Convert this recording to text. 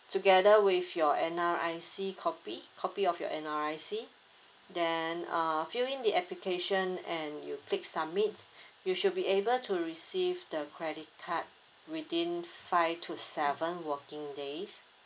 together with your N_R_I_C copy copy of your N_R_I_C then uh fill in the application and you click submit you should be able to receive the credit card within five to seven working days